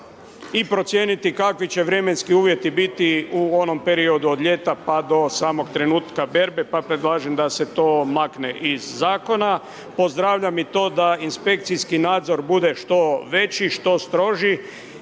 i procijeniti kakvi će vremenski uvjeti biti u onom periodu od ljeta pa do samog trenutka berbe, pa predlažem da se to makne iz zakona. Pozdravljam i to da inspekcijski nazor bude što veći, što stroži